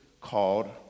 called